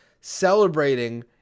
celebrating